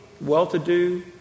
well-to-do